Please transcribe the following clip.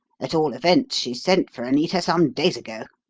at all events, she sent for anita some days ago.